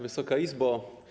Wysoka Izbo!